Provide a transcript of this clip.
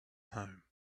home